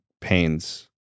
pains